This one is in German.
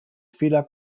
fehler